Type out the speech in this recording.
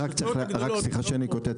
רק סליחה שאני קוטע.